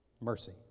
Mercy